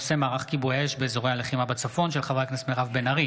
בהצעתם של חברי הכנסת מירב בן ארי,